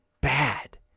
bad